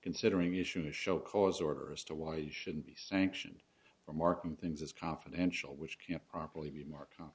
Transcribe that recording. considering issues show cause order as to why you should be sanctioned or marking things as confidential which can properly be mark